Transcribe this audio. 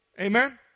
Amen